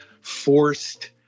forced